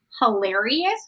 hilarious